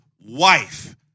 wife